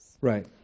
Right